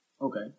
Okay